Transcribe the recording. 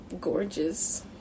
gorgeous